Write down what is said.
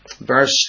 verse